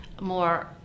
more